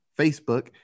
Facebook